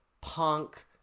punk